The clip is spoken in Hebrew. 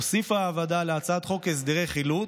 הוסיפה הוועדה להצעת החוק הסדרי חילוט,